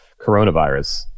coronavirus